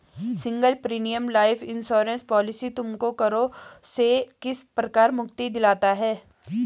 Single premium life insurance policy तुमको करों से किस प्रकार मुक्ति दिलाता है?